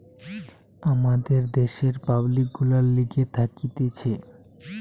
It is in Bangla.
আমাদের দ্যাশের পাবলিক গুলার লিগে থাকতিছে